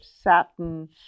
satin